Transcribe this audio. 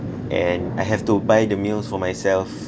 and I have to buy the meals for myself